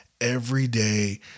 everyday